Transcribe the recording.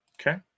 Okay